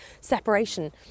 separation